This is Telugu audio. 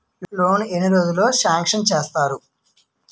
లోన్ ఎన్ని రోజుల్లో సాంక్షన్ చేస్తారు?